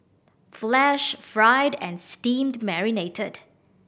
flash fried and steam marinated